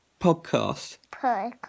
podcast